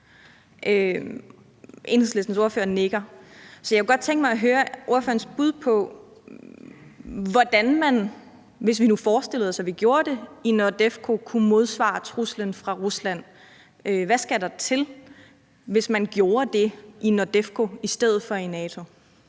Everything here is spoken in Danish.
Enhedslistens ordfører nikker – så jeg kunne godt tænke mig at høre ordførerens bud på, hvordan man, hvis vi nu forestillede os, at vi gjorde det i NORDEFCO, kunne modsvare truslen fra Rusland. Hvad skulle der til, hvis man gjorde det i NORDEFCO i stedet for i NATO?